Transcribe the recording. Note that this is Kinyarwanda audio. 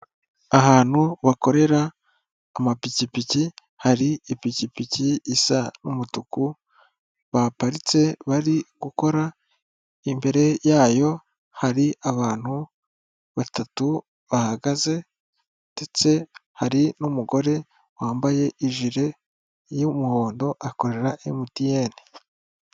Ahantu bakorera amapikipiki hari ipikipiki isa n'umutuku baparitse bari gukora imbere yayo hari abantu batatu bahagaze ndetse hari n'umugore wambaye ijire y'umuhondo akorera Emutiyeni.